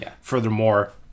Furthermore